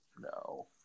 no